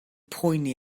poeni